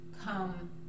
come